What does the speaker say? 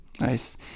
nice